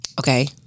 Okay